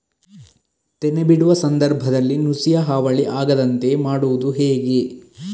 ತೆನೆ ಬಿಡುವ ಸಂದರ್ಭದಲ್ಲಿ ನುಸಿಯ ಹಾವಳಿ ಆಗದಂತೆ ಮಾಡುವುದು ಹೇಗೆ?